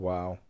Wow